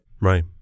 Right